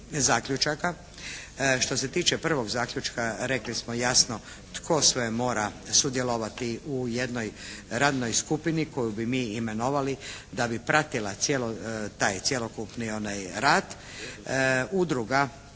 zaključaka. Što se tiče prvog zaključka rekli smo jasno tko sve mora sudjelovati u jednoj radnoj skupini koju bi mi imenovali da bi pratila cijelo, taj cjelokupni rad. Udruga